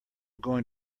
going